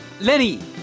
Lenny